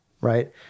right